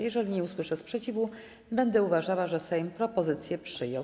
Jeżeli nie usłyszę sprzeciwu, będę uważała, że Sejm propozycję przyjął.